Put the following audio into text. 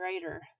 greater